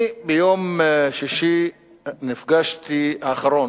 ביום שישי האחרון